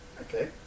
Okay